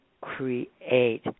create